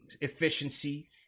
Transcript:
efficiency